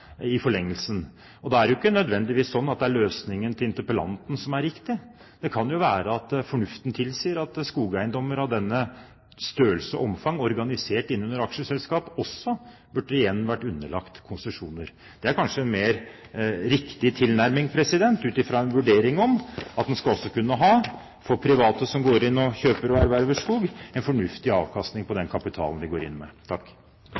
ikke nødvendigvis sånn at det er løsningen til interpellanten som er riktig. Det kan jo være at fornuften tilsier at skogeiendommer av denne størrelse og omfang, organisert inn under aksjeselskap, også igjen burde vært underlagt konsesjoner. Det er kanskje en mer riktig tilnærming, ut fra en vurdering om at en for private som går inn og kjøper og erverver skog, også skal kunne ha en fornuftig avkastning på den kapitalen de går inn med.